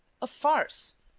a farce!